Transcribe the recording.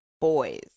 boys